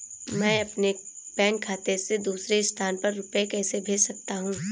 मैं अपने बैंक खाते से दूसरे स्थान पर रुपए कैसे भेज सकता हूँ?